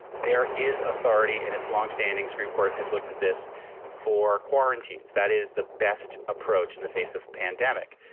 there is authority and its longstanding supreme court has looked at this for quarantine's that is the best approach in the face of pandemic.